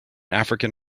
african